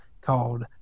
called